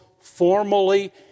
formally